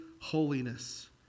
holiness